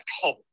home